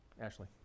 Ashley